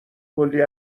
کلی